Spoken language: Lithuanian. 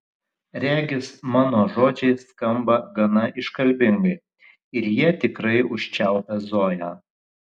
regis mano žodžiai skamba gana iškalbingai ir jie tikrai užčiaupia zoją